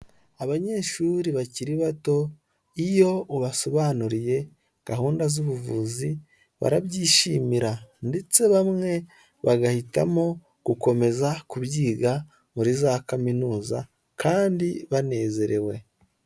Abanyeshuri bakiri bato iyo ubasobanuriye gahunda z'ubuvuzi barabyishimira ndetse, bamwe bagahitamo gukomeza kubyiga muri za kaminuza kandi banezerewe.